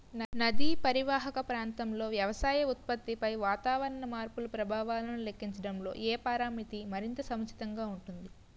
నదీ పరీవాహక ప్రాంతంలో వ్యవసాయ ఉత్పత్తిపై వాతావరణ మార్పుల ప్రభావాలను లెక్కించడంలో ఏ పరామితి మరింత సముచితంగా ఉంటుంది?